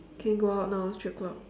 can go out now it's three o-clock